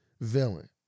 villain